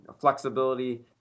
flexibility